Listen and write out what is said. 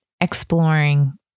exploring